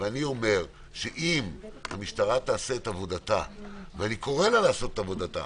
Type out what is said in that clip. אם המשטרה תעשה את עבודתה ואני קורא לה לעשות את עבודתה,